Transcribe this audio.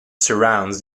surrounds